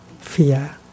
fear